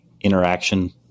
interaction